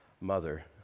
mother